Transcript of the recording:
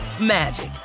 magic